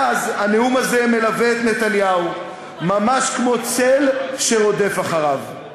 מאז הנאום הזה מלווה את נתניהו ממש כמו צל שרודף אחריו.